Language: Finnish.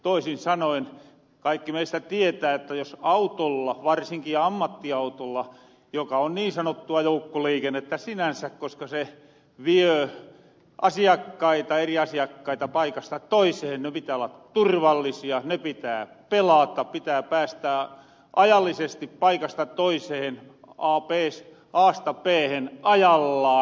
toisin sanoen kaikki meistä tietää että jos autolla varsinkin ammattiautolla joka on niin sanottua joukkoliikennettä sinänsä koska se viö eri asiakkaita paikasta toisehen ne pitää olla turvallisia ne pitää pelata pitää päästä ajallisesti paikasta toisehen aasta beehen ajallaan